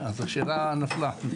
אז השאלה התייתרה.